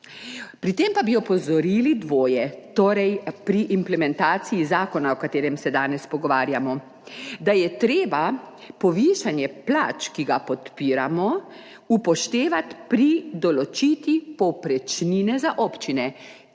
Pri tem pa bi opozorili na dvoje, torej pri implementaciji zakona, o katerem se danes pogovarjamo, da je treba povišanje plač, ki ga podpiramo, upoštevati pri določitvi povprečnine za občine,